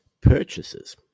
Purchases